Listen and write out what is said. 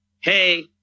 hey